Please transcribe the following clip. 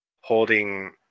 holding